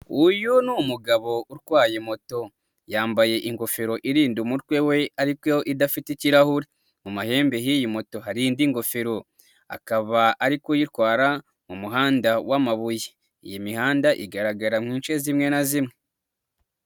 Uyu ni umugabo urwaye moto yambaye ingofero irinda umutwe we ariko idafite ikirahuri, mu mahembe y'iyi moto hari indi ngofero akaba ari kuyitwara mu muhanda wamabuye. Iyi mihanda igaragara mu bice bimwe na bimwe.